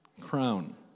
Crown